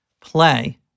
Play